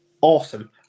Awesome